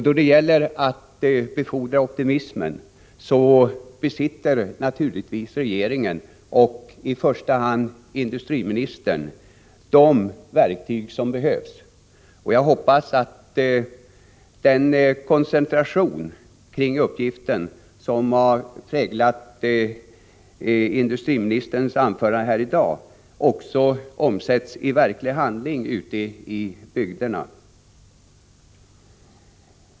Då det gäller att befordra optimismen besitter naturligtvis regeringen, och i första hand industriministern, de verktyg som behövs. Jag hoppas att den koncentration på uppgiften som har präglat industriministerns anförande här i dag också omsätts i verklig handling ute i bygderna.